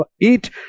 eat